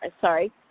Sorry